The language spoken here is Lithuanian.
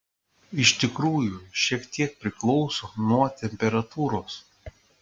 iš tikrųjų šiek tiek priklauso nuo temperatūros